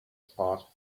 spot